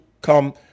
come